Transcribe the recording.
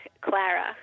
Clara